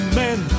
men